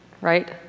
right